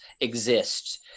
exist